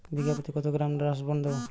বিঘাপ্রতি কত গ্রাম ডাসবার্ন দেবো?